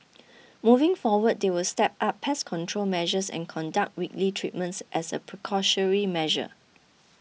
moving forward they will step up pest control measures and conduct weekly treatments as a measure